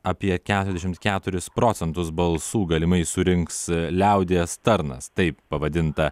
apie keturiasdešim keturis procentus balsų galimai surinks liaudies tarnas taip pavadinta